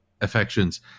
affections